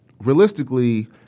Realistically